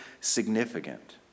significant